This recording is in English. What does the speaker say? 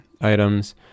items